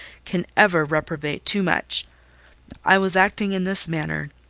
can ever reprobate too much i was acting in this manner,